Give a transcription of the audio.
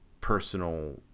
personal